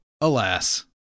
Alas